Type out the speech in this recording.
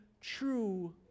true